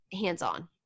hands-on